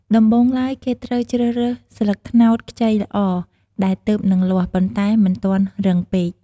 ដំបូងឡើយ គេត្រូវជ្រើសរើស ស្លឹកត្នោតខ្ចីល្អ ដែលទើបនឹងលាស់ ប៉ុន្តែមិនទាន់រឹងពេក។